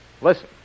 Listen